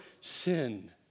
sin